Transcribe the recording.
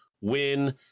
win